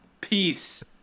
Peace